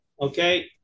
Okay